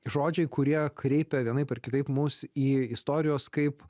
žodžiai kurie kreipia vienaip ar kitaip mus į istorijos kaip